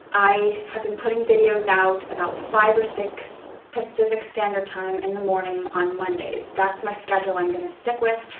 i have been putting videos out about five or six pacific standard time in the morning on mondays. that's my schedule i'm going to stick with.